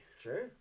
Sure